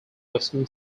western